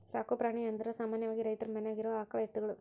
ಸಾಕು ಪ್ರಾಣಿ ಅಂದರ ಸಾಮಾನ್ಯವಾಗಿ ರೈತರ ಮನ್ಯಾಗ ಇರು ಆಕಳ ಎತ್ತುಗಳು